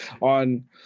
on